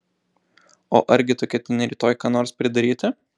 o argi tu ketini rytoj ką nors pridaryti